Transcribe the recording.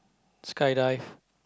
skydive